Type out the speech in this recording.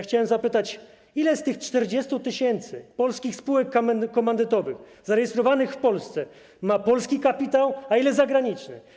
Chciałbym zapytać, ile z tych 40 tys. polskich spółek komandytowych zarejestrowanych w Polsce ma polski kapitał, a ile zagraniczny.